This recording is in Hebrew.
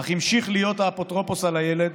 אך המשיך להיות אפוטרופוס של הילד,